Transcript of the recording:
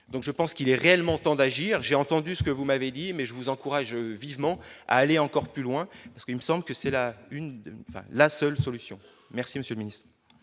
je pense qu'il est réellement tant d'agir, j'ai entendu ce que vous m'avez dit mais je vous encourage vivement à aller encore plus loin, parce qu'il me semble que c'est la une, la seule solution, merci Monsieur. Si chers